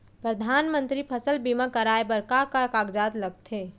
परधानमंतरी फसल बीमा कराये बर का का कागजात लगथे?